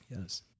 Yes